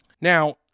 Now